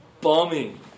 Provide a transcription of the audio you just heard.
bombing